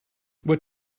what